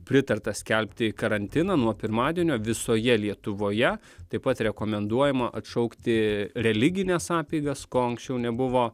pritarta skelbti karantiną nuo pirmadienio visoje lietuvoje taip pat rekomenduojama atšaukti religines apeigas ko anksčiau nebuvo